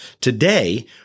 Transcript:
today